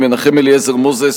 מנחם אליעזר מוזס,